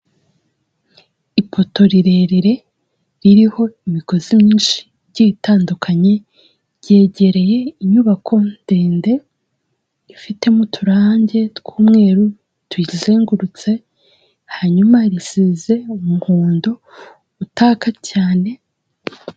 Ipoto rirerire ririho imigozi myinshi igiye itandukanye ryegereye inyubako ndende ifitemo uturangi tw'umweru tuyizengurutse, hanyuma risize umuhondo utaka cyane.